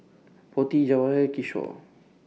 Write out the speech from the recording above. Potti Jawaharlal Kishore